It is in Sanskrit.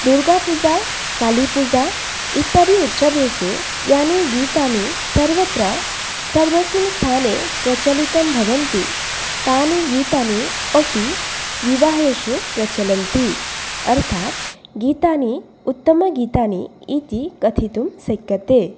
दुर्गापुजा कालिपुजा इत्यादि उत्सवेषु यानि गीतानि सर्वत्र सर्वस्मिन् स्थाने प्रचलितं भवन्ति तानि गीतानि अपि विवाहेषु प्रचलन्ति अर्थात् गीतानि उत्तमगीतानि इति कथितुं शक्यते